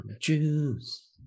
juice